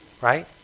Right